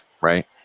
right